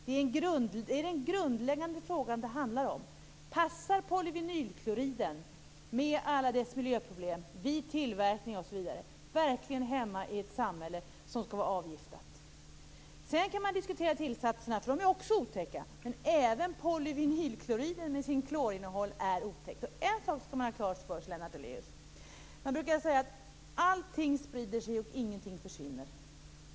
Det är den grundläggande frågan det handlar om: Passar polyvinylkloriden med alla dess miljöproblem vid tillverkning osv. verkligen i ett samhälle som skall vara avgiftat? Sedan kan man diskuterat tillsatserna, för de är också otäcka. Men även polyvinylkloriden med dess klorinnehåll är otäckt. En sak skall man ha klart för sig, Lennart Daléus, nämligen att allting sprider sig och ingenting försvinner.